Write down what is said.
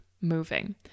moving